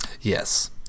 Yes